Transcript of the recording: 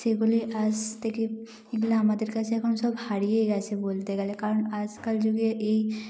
সেগুলি আজ থেকে এগুলা আমাদের কাছে এখন সব হারিয়ে গেছে বলতে গেলে কারণ আজকাল যুগে এই